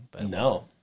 No